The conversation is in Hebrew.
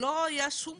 לא היה שום